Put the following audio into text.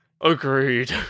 agreed